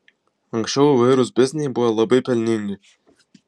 anksčiau įvairūs bizniai buvo labai pelningi